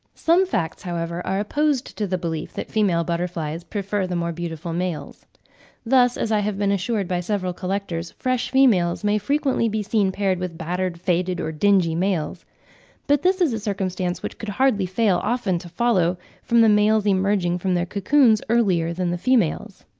some facts, however, are opposed to the belief that female butterflies prefer the more beautiful males thus, as i have been assured by several collectors, fresh females may frequently be seen paired with battered, faded, or dingy males but this is a circumstance which could hardly fail often to follow from the males emerging from their cocoons earlier than the females.